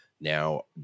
Now